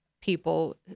people